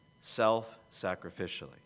self-sacrificially